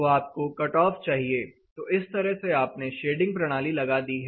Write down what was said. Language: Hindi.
तो आपको कटऑफ चाहिए तो इस तरह से आपने शेडिंग प्रणाली लगा दी है